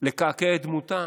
לקעקע את דמותם?